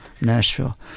nashville